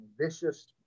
vicious